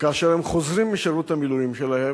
שכאשר הם חוזרים משירות המילואים שלהם,